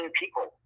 people